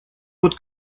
вот